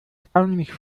erstaunlich